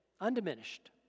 undiminished